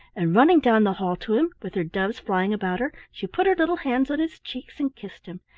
and running down the hall to him, with her doves flying about her, she put her little hands on his cheeks and kissed him.